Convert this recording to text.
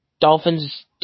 Dolphins